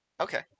Okay